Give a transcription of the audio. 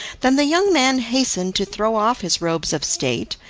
than the young man hastened to throw off his robes of state,